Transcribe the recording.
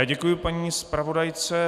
Děkuji paní zpravodajce.